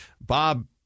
Bob